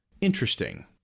interesting